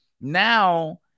Now